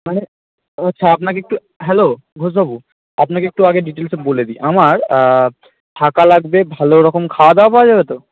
মানে ও আচ্ছা আপনাকে একটু হ্যালো ঘোষ বাবু আপনাকে একটু আগে ডিটেলসে বলে দিই আমার থাকা লাগবে ভাল রকম খাওয়াদাওয়া পাওয়া যাবে তো